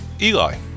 Eli